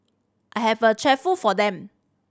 I have a chauffeur for them